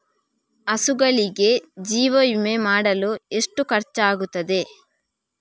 ಹಸುಗಳಿಗೆ ಜೀವ ವಿಮೆ ಮಾಡಲು ಎಷ್ಟು ಖರ್ಚಾಗುತ್ತದೆ?